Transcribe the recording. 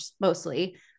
mostly